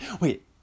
wait